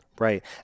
Right